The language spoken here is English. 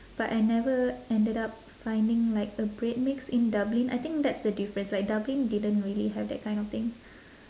but I never ended up finding like a bread mix in dublin I think that's the difference like dublin didn't really have that kind of thing